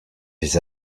his